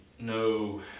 no